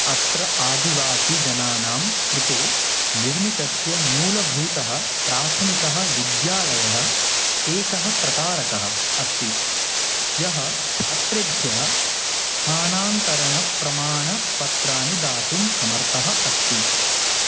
अत्र आदिवासिजनानां कृते निर्मितस्य मूलभूतः प्राथमिकः विद्यालयः एकः प्रकारकः अस्ति यः छात्रेभ्यः स्थानान्तरणप्रमाणपत्राणि दातुं समर्थः अस्ति